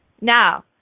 Now